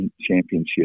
championship